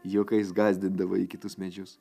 juokais gąsdindavo ji kitus medžius